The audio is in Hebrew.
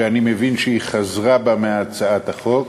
שאני מבין שהיא חזרה בה מהצעת החוק.